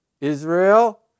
Israel